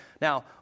Now